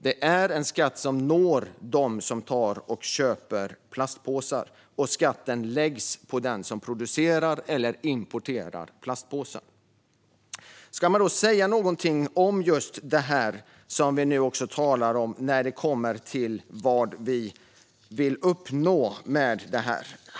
Det är en skatt som når dem som köper plastpåsar, och skatten läggs på den som producerar eller importerar plastpåsar. Ska man då säga någonting om just det som vi nu talar om när det gäller vad vi vill uppnå med det?